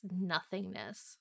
nothingness